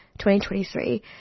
2023